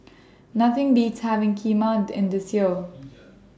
Nothing Beats having Kheema in This Year